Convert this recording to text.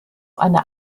einer